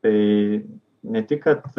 tai ne tik kad